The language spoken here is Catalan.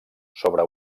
sobre